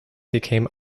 became